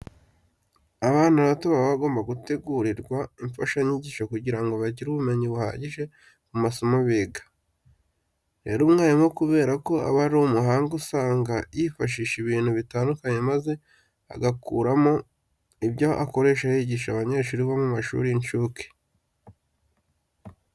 Abana bato baba bagomba gutegurirwa imfashanyigisho kugira ngo bagire ubumenyi buhagije ku masomo biga. Rero umwarimu kubera ko aba ari umuhanga usanga yifashishije ibintu bitandukanye maze agakuramo ibyo akoresha yigisha abanyeshuri bo mu mashuri y'incuke.